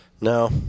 no